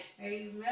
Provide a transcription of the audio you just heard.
Amen